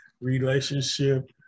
relationship